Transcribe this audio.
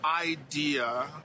idea